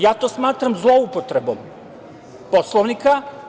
Ja to smatram zloupotrebom Poslovnika.